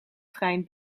trein